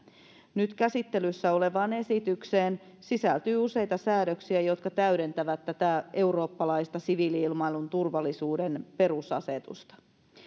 nyt käsittelyssä olevaan esitykseen sisältyy useita säädöksiä jotka täydentävät tätä eurooppalaista siviili ilmailun turvallisuuden perusasetusta